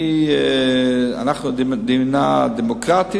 אנחנו מדינה דמוקרטית,